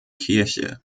kirche